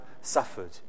suffered